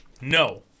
No